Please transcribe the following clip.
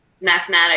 mathematics